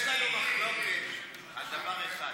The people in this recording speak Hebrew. יש לנו מחלוקת על דבר אחד: